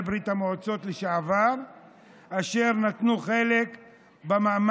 ברית המועצות לשעבר אשר נטלו חלק במאמץ